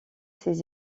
ses